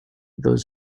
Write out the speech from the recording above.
though